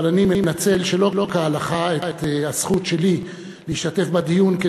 אבל אני מנצל שלא כהלכה את הזכות שלי להשתתף בדיון,